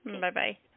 Bye-bye